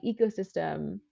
ecosystem